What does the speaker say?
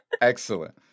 excellent